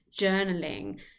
journaling